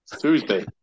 Tuesday